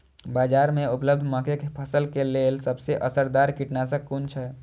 बाज़ार में उपलब्ध मके के फसल के लेल सबसे असरदार कीटनाशक कुन छै?